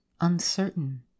uncertain